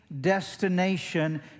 destination